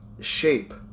Shape